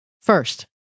first